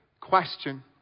question